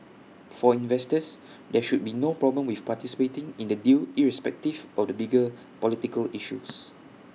for investors there should be no problem with participating in the deal irrespective of the bigger political issues